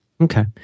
Okay